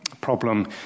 problem